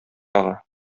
тагы